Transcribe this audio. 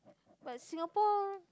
but Singapore